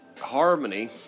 harmony